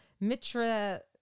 Mitra